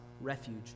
refuge